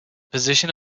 position